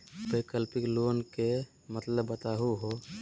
वैकल्पिक लोन के मतलब बताहु हो?